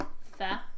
fair